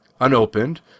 unopened